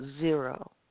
Zero